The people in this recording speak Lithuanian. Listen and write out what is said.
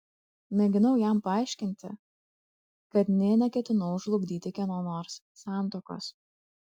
mėginau jam paaiškinti kad nė neketinau žlugdyti kieno nors santuokos